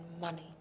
money